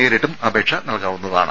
നേരിട്ടും അപേക്ഷ നൽകാവുന്നതാണ്